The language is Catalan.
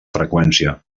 freqüència